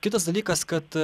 kitas dalykas kad